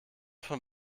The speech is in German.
von